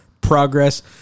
progress